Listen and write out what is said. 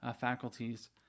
faculties